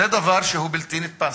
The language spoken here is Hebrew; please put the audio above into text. זה דבר שהוא בלתי נתפס.